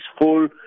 full